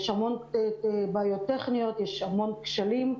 יש המון בעיות טכניות, המון כשלים,